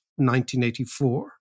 1984